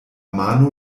mano